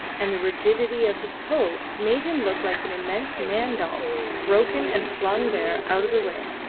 and the rigidity of his pose, made him look like an immense man-doll broken and flung there out of the way.